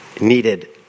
needed